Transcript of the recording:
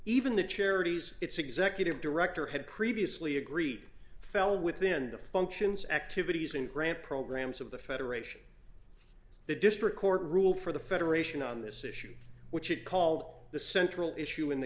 even the charities its executive director had previously agreed fell within the functions activities and grant programs of the federation the district court ruled for the federation on this issue which it call the central issue in th